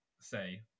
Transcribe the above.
say